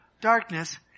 darkness